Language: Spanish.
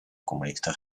comunista